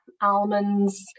almonds